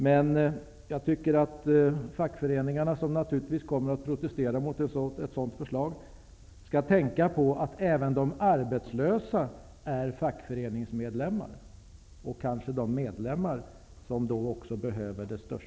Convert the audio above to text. Men jag tycker att fackföreningarna, som naturligtvis kommer att protestera mot förslaget, skall tänka på att även de arbetslösa är fackföreningsmedlemmar och kanske de medlemmar som behöver mest stöd.